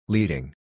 Leading